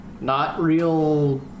not-real